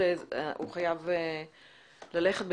הוא פשוט חייב ללכת בקרוב.